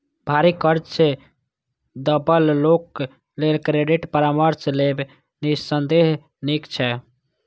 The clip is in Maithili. भारी कर्ज सं दबल लोक लेल क्रेडिट परामर्श लेब निस्संदेह नीक छै